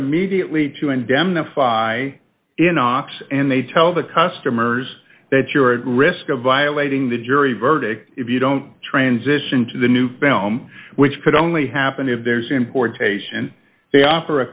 immediately to indemnify in ops and they tell the customers that you're at risk of violating the jury verdict if you don't transition to the new film which could only happen if there's importation they offer a